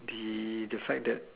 the the fact that